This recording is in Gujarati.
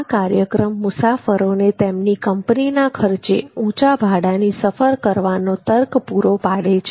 આ કાર્યક્રમ મુસાફરોને તેમની કંપનીના ખર્ચે ઊચા ભાડાની સફર કરવાનો તર્ક પૂરો પાડે છે